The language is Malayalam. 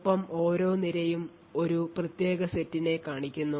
ഒപ്പം ഓരോ നിരയും ഒരു പ്രത്യേക സെറ്റിനെ കാണിക്കുന്നു